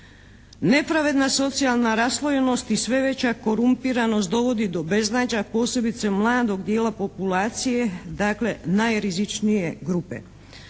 Nepravedna socijalna raslojenost i sve veća korumpiranost dovodi do beznađa, posebice mladog dijela populacije, dakle najrizičnije grupe.